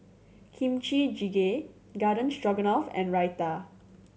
Kimchi Jjigae Garden Stroganoff and Raita